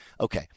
Okay